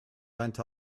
went